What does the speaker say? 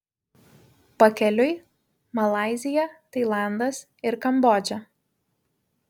pakeliui malaizija tailandas ir kambodža